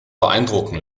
beeindrucken